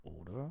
oder